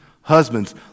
Husbands